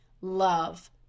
love